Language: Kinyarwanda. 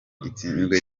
itsinzwe